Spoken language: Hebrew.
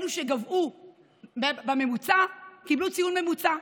אלו שגבהו בממוצע קיבלו ציון ממוצע,